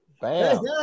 Bam